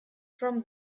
from